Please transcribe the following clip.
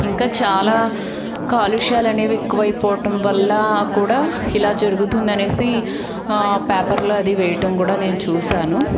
ఇంకా చాలా కాలుష్యాలు అనేవి ఎక్కువైపోవటం వల్ల కూడా ఇలా జరుగుతుంది అని పేపర్లో అది వేయటం కూడా నేను చూసాను